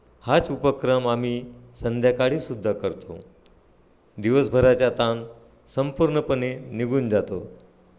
हाच उपक्रम आम्ही संध्याकाळीसुद्धा करतो दिवसभराचा ताण संपूर्णपणे निघून जातो